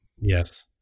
Yes